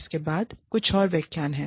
इसके बाद कुछ और व्याख्यान हैं